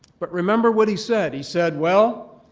but remember what he said. he said, well,